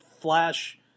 flash